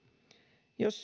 jos